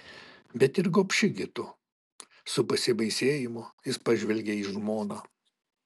bet ir gobši gi tu su pasibaisėjimu jis pažvelgė į žmoną